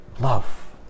Love